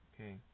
Okay